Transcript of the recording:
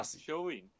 showing